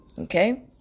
Okay